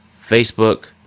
Facebook